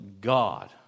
God